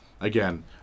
again